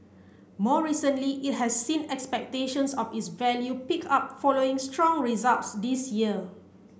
more recently it has seen expectations of its value pick up following strong results this year